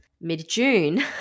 Mid-June